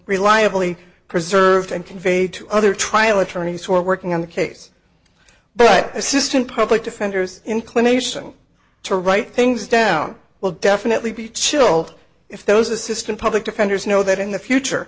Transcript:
reliably preserved and conveyed to other trial attorneys who are working on the case but assistant public defenders inclination to write things down will definitely be chilled if those assistant public defenders know that in the future